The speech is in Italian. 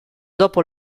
dopo